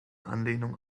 anlehnung